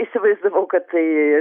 įsivaizdavau kad tai